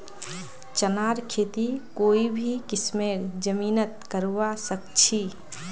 चनार खेती कोई भी किस्मेर जमीनत करवा सखछी